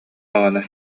даҕаны